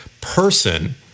person